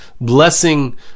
blessing